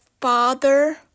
father